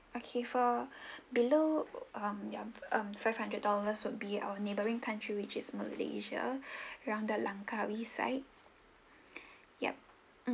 okay for below um yup um five hundred dollars would be our neighbouring country which is malaysia around the langkawi side yup